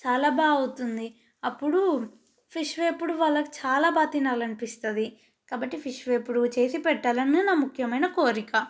చాలా బాగా అవుతుంది అప్పుడు ఫిష్ వేపుడు వాళ్ళకి చాలా బాగా తినాలని అపిస్తుంది కాబట్టి ఫిష్ వేపుడు చేసి పెట్టాలని నా ముఖ్యమైన కోరిక